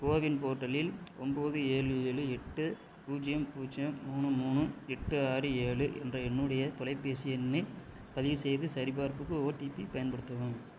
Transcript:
CoWIN போர்ட்டலில் ஒம்போது ஏழு ஏழு எட்டு பூஜ்ஜியம் பூஜ்ஜியம் மூணு மூணு எட்டு ஆறு ஏழு என்ற என்னுடைய தொலைபேசி எண்ணை பதிவு செய்து சரிபார்ப்புக்கு ஓடிபி பயன்படுத்தவும்